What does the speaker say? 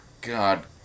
God